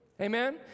Amen